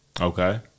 Okay